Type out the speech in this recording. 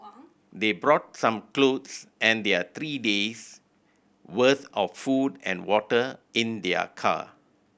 they brought some clothes and there three days' worth of food and water in their car